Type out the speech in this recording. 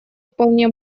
вполне